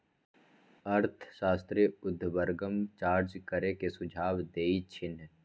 अर्थशास्त्री उर्ध्वगम चार्ज करे के सुझाव देइ छिन्ह